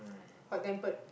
hot-tempered